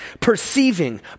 perceiving